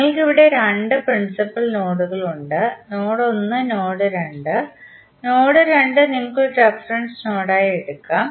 നിങ്ങൾക്ക് ഇവിടെ രണ്ട് പ്രിൻസിപ്പൽ നോഡുകൾ ഉണ്ട് നോഡ് 1 നോഡ് 2 നോഡ് 2 നിങ്ങൾക്ക് ഒരു റഫറൻസ് നോഡായി എടുക്കാം